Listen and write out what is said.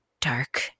dark